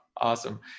awesome